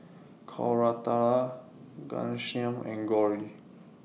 Koratala Ghanshyam and Gauri